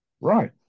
Right